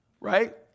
right